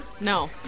No